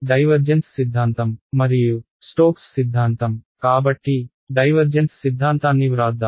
ఉదాహరణకు డైవర్జెన్స్ సిద్ధాంతం మరియు స్టోక్స్ సిద్ధాంతం కాబట్టి డైవర్జెన్స్ సిద్ధాంతాన్ని వ్రాద్దాం